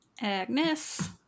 Agnes